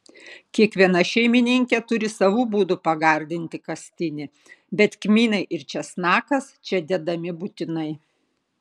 kiekviena šeimininkė turi savų būdų pagardinti kastinį bet kmynai ir česnakas čia dedami būtinai